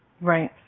Right